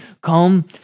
come